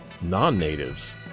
non-natives